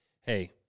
hey